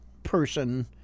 person